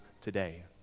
today